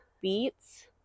beets